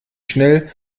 schnell